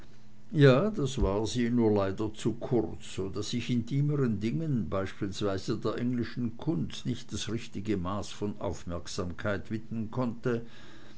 ja das war sie nur leider zu kurz so daß ich intimeren dingen beispielsweise der englischen kunst nicht das richtige maß von aufmerksamkeit widmen konnte